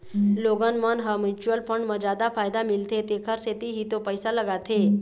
लोगन मन ह म्युचुअल फंड म जादा फायदा मिलथे तेखर सेती ही तो पइसा लगाथे